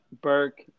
Burke